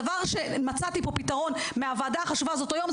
הדבר שמצאתי פה פתרון מהוועדה החשובה היום,